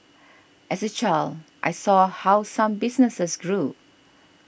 as a child I saw how some businesses grew